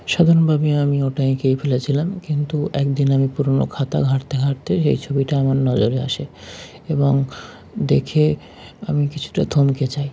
সাধারণভাবে আমি ওটা এঁকেই ফেলেছিলাম কিন্তু একদিন আমি পুরনো খাতা ঘাঁটতে ঘাঁটতে সেই ছবিটা আমার নজরে আসে এবং দেখে আমি কিছুটা থমকে যাই